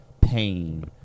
pain